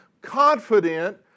confident